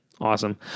Awesome